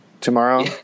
tomorrow